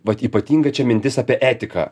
vat ypatinga čia mintis apie etiką